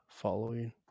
following